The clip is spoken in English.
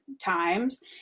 times